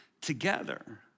together